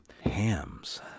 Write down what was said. Hams